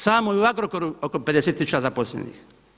Samo je u Agrokoru oko 50 tisuća zaposlenih.